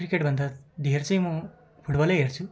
क्रिकेटभन्दा धेर चाहिँ म फुटबलै हेर्छु